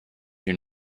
you